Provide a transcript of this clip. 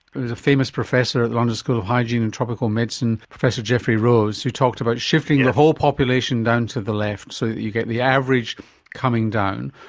there was a famous professor at the london school of hygiene and tropical medicine, professor geoffrey rose, who talked about shifting the whole population down to the left so that you get the average coming down,